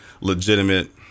legitimate